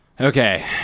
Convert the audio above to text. Okay